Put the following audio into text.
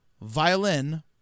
violin